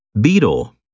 Beetle